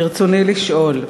ברצוני לשאול: